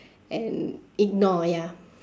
and ignore ya